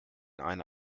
eine